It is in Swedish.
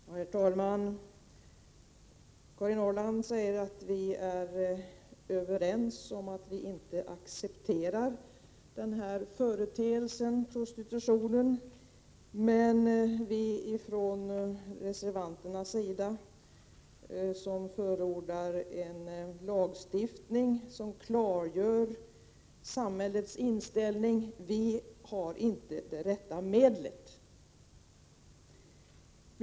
Herr talman! Karin Ahrland säger att vi är överens om att vi inte accepterar prostitutionen som företeelse men att reservanterna, som förordar en lagstiftning som klargör samhällets inställning, inte föreslår det rätta medlet mot den.